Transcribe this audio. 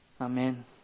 Amen